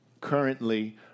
currently